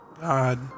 God